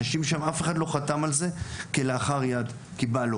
אנשים שם אף אחד לא חתם על זה כלאחר יד, כי בא לו.